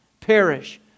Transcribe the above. perish